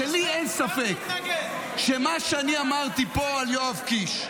שלי אין ספק שמה שאני אמרתי פה על יואב קיש,